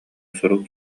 сурук